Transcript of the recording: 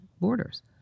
borders